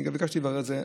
אני ביקשתי לברר את זה.